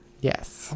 Yes